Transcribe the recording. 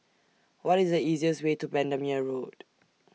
What IS The easiest Way to Bendemeer Road